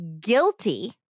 guilty